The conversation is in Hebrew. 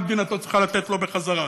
מה מדינתו צריכה לתת לו בחזרה.